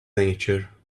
nature